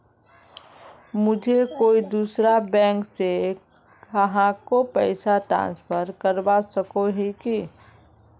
मुई कोई दूसरा बैंक से कहाको पैसा ट्रांसफर करवा सको ही कि?